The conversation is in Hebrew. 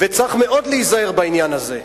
צריך מאוד להיזהר בדבר הזה.